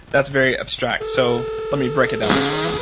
that's very abstract so let me break it down this way.